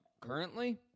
currently